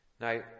Now